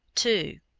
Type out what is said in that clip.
two.